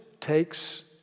takes